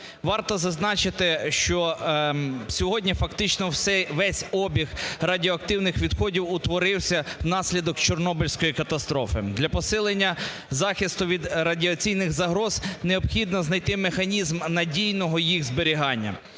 Варто зазначити, що сьогодні фактично весь обіг радіоактивних відходів утворився внаслідок Чорнобильської катастрофи. Для посилення захисту від радіаційних загроз необхідно знайти механізм надійного їх зберігання.